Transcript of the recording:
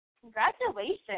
congratulations